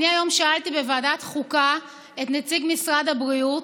היום שאלתי בוועדת החוקה את נציג משרד הבריאות: